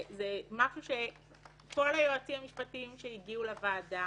זה משהו שכל היועצים המשפטיים שהגיעו לוועדה